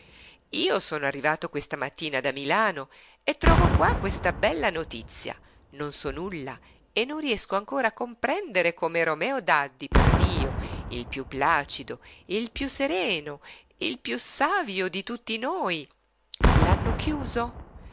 io sono arrivato questa mattina da milano e trovo qua questa bella notizia non so nulla e non riesco ancora a comprendere come romeo daddi perdio il piú placido il piú sereno il piú savio di tutti noi l'hanno chiuso